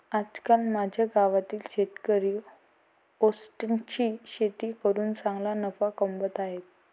आजकाल माझ्या गावातील शेतकरी ओट्सची शेती करून चांगला नफा कमावत आहेत